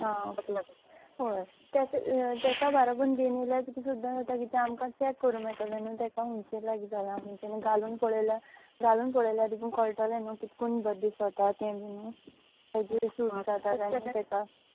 हां ओके हय ताका ताका बरबर घेवन येयल्या लेकून सुद्दां जाता कित्याक आमकां चॅक करूंक मेळटलें न्हय ताका खंयचें लायक जालां खंयचें घालून पळयल्यार घालून पळयल्यार लेगून कळटलें न्हय कितें करून बर दिसता तें बी एडजस करूंक जाता जायना जालें ताका